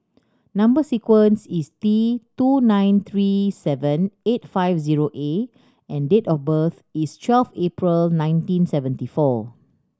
number sequence is T two nine three seven eight five zero A and date of birth is twelve April nineteen seventy four